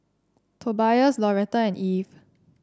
Tobias Lauretta and Eve